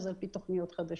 על פי תוכניות חדשות.